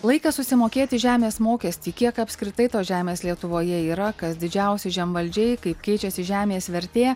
laikas susimokėti žemės mokestį kiek apskritai tos žemės lietuvoje yra kas didžiausi žemvaldžiai kaip keičiasi žemės vertė